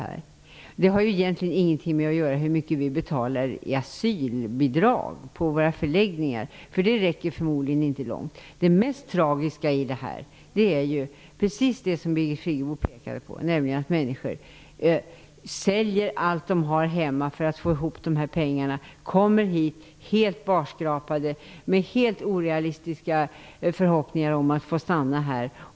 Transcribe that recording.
Detta har egentligen ingenting med hur mycket vi betalar i asylbidrag på våra förläggningar att göra. Det räcker förmodligen inte långt. Det mest tragiska i detta är, precis som Birgit Friggebo pekade på, att människor säljer allt de har hemma för att få ihop dessa pengar. De kommer hit helt barskrapade med orealistiska förhoppningar om att få stanna här.